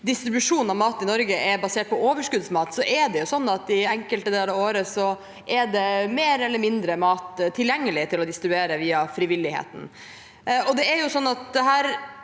distribusjon av mat i Norge er basert på overskuddsmat, er det sånn at enkelte deler av året er det mer eller mindre mat tilgjengelig til å distribuere via frivilligheten.